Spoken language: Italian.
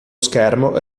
schermo